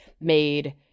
made